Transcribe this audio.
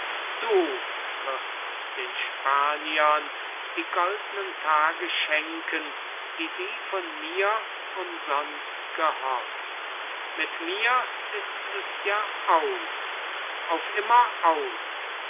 du wirst den spaniern die goldnen tage schenken die sie von mir umsonst gehofft mit mir ist es ja aus auf immer aus